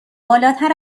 بالاتر